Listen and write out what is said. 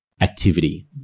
activity